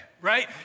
right